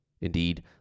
Indeed